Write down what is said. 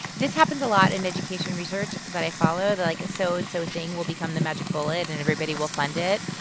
this happens a lot in education research that i follow. they're like so-and-so so and so thing will become the magic bullet and everybody will fund it.